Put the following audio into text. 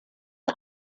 one